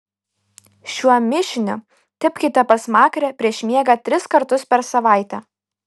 šiuo mišiniu tepkite pasmakrę prieš miegą tris kartus per savaitę